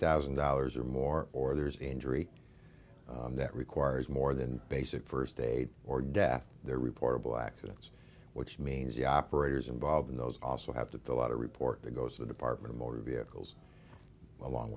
thousand dollars or more or there's injury that requires more than basic first aid or death reportable accidents which means the operators involved in those also have to fill out a report to go to the department of motor vehicles along